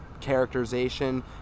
characterization